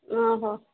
ଓ ହୋ